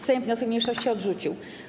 Sejm wniosek mniejszości odrzucił.